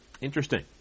Interesting